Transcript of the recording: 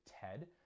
TED